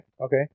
Okay